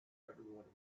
everyone